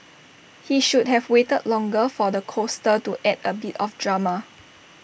he should have waited longer for the coaster to add A bit of drama